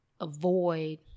avoid